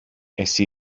εσύ